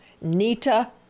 Nita